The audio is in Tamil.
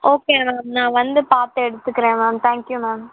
ஓகே மேம் நான் வந்து பார்த்து எடுத்துக்கிறேன் மேம் தேங்க்கியூ மேம்